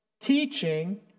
teaching